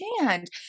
understand